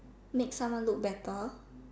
make someone look better